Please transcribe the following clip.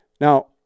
now